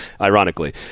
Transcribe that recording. ironically